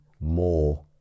more